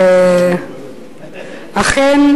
אכן,